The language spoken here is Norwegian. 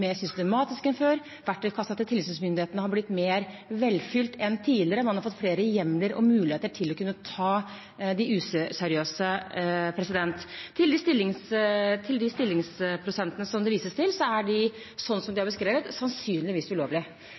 mer systematisk enn før, verktøykassen til tilsynsmyndighetene har blitt mer velfylt enn tidligere, og man har fått flere hjemler og muligheter til å kunne ta de useriøse. Til de stillingsprosentene det vises til: De er, slik de er beskrevet, sannsynligvis ulovlige. Det som regjeringen foreslo, og som